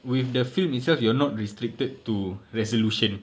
with the film itself you are not restricted to resolution